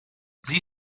sie